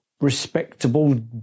respectable